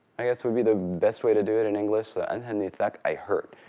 i guess would be the best way to do it in english. anha nithak, i hurt,